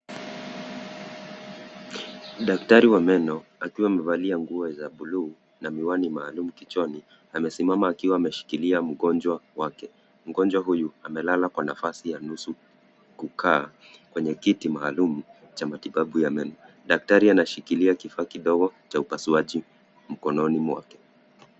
Daktari wa meno akiwa amevalia nguo za bluu na miwani maalum kichwani .Amesimama akiwa ameshikilia mgonjwa wake. Mgonjwa huyu amelala kwa nafasi ya nusu kukaa kwenye kiti maalum cha matibabu ya meno. Daktari anashikilia kifaa kidogo cha upasuaji mkononi mwake.